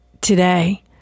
today